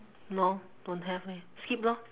no don't have leh skip lor